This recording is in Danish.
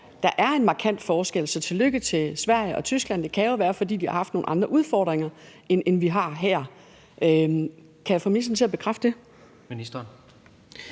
Der er en markant forskel, så tillykke til Sverige og Tyskland. Det kan jo være, at de har haft nogle andre udfordringer, end vi har her. Kan jeg få ministeren til at bekræfte det?